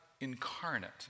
incarnate